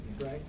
right